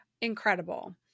Incredible